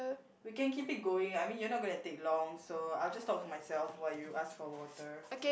we can keep it going I mean you're not gonna take long so I'll just talk to myself while you ask for water